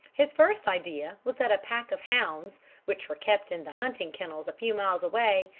his first idea was that a pack of hounds which were kept in the hunting kennels a few miles away,